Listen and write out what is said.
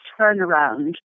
turnaround